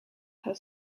her